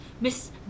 Miss